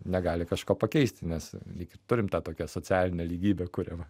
negali kažko pakeisti nes iki turim tą tokią socialinę lygybę kuriamą